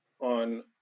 on